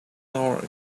dark